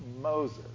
Moses